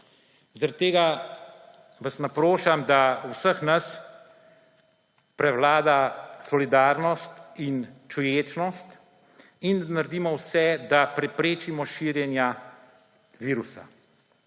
Zaradi tega vas naprošam, da v vseh nas prevlada solidarnost in čuječnost in naredimo vse, da preprečimo širjenja virusa.